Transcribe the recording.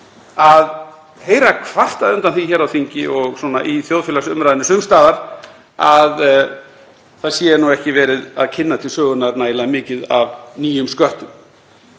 að heyra kvartað undan því hér á þingi og í þjóðfélagsumræðunni sums staðar að það sé ekki verið að kynna til sögunnar nægilega mikið af nýjum sköttum.